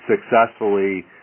successfully